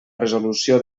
resolució